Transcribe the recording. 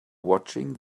watching